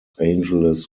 angeles